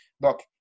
look